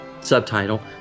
subtitle